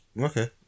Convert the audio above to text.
Okay